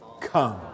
come